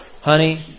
Honey